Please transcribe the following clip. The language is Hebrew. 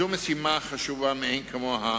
זאת משימה חשובה מאין כמוה,